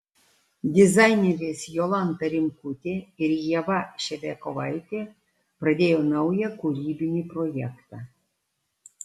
dizainerės jolanta rimkutė ir ieva ševiakovaitė pradėjo naują kūrybinį projektą